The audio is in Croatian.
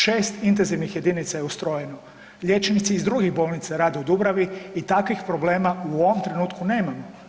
Šest intenzivnih jedinica je ustrojeno, liječnici iz drugih bolnica rade u Dubravi i takvih problema u ovom trenutku nemamo.